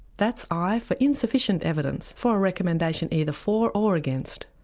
that's i for insufficient evidence for a recommendation either for or against.